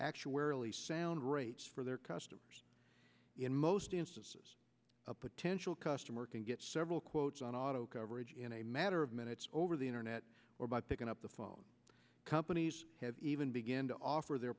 actuarially sound rates for their customers in most instances a potential customer can get several quotes on auto coverage in a matter of minutes over the internet or by picking up the phone companies have even begin to offer their